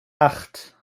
acht